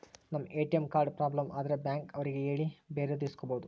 ನಮ್ ATM card problem ಆದ್ರೆ bank ಅವ್ರಿಗೆ ಹೇಳಿ ಬೇರೆದು ಇಸ್ಕೊಬೋದು